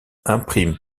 imprime